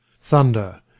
Thunder